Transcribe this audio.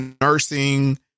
nursing